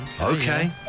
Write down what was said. Okay